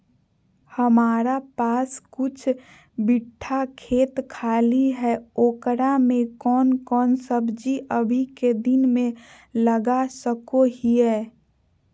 हमारा पास कुछ बिठा खेत खाली है ओकरा में कौन कौन सब्जी अभी के दिन में लगा सको हियय?